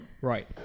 right